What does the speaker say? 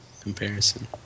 comparison